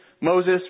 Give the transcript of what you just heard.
Moses